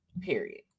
period